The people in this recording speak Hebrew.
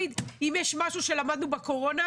אם יש משהו שלמדנו בקורונה,